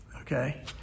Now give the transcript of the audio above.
Okay